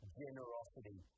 generosity